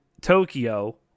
Tokyo